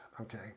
Okay